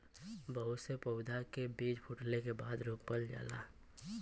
बहुत से पउधा के बीजा फूटले के बादे रोपल जाला